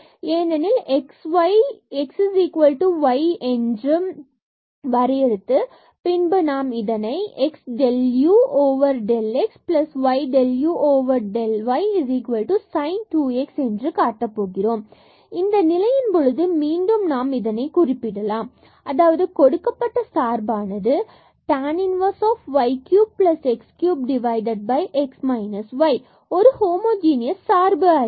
ஏனெனில் இதனை நாம் xy என்று வரையறுத்துபின்பு இதனை நாம் x del u del x y del u del y sin 2 x என்று காட்டப் போகிறோம் இந்த நிலையின் பொழுது மீண்டும் நாம் இதனை குறிப்பிடலாம் அதாவது கொடுக்கப்பட்ட சார்பானது tan inverse y cube x cube x minus y ஒரு ஹோமோஜீனியஸ் சார்பு அல்ல